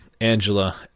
Angela